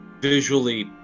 visually